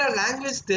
language